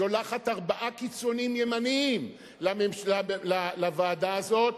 שולחים ארבעה קיצונים ימניים לוועדה הזאת.